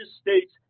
states